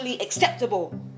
acceptable